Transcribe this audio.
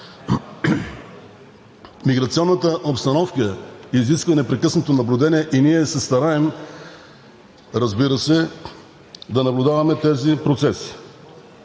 Миграционната обстановка изисква непрекъснато наблюдение и ние се стараем, разбира се, да наблюдаваме тези процеси.